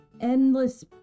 endless